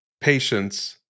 patience